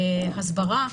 הסברה.